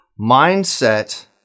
mindset